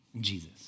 Jesus